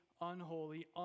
unholy